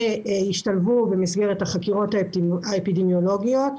וישתלבו במסגרת החקירות האפידמיולוגיות.